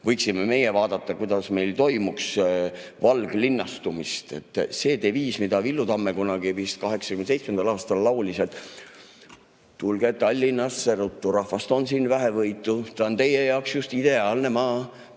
võiksime vaadata, kuidas meil toimuks valglinnastumine. See deviis, mida Villu Tamme kunagi, vist 1987. aastal, laulis, et tulge Tallinnasse ruttu, rahvast on siin vähevõitu, ta on teie jaoks just ideaalne maa,